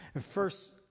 first